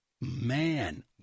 Man